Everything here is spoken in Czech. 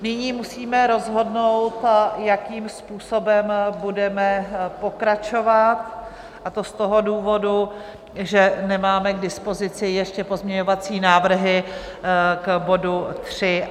Nyní musíme rozhodnout, jakým způsobem budeme pokračovat, a to z toho důvodu, že nemáme k dispozici ještě pozměňovací návrhy k bodu 3.